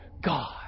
God